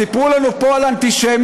סיפרו לנו פה על אנטישמים,